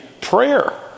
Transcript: prayer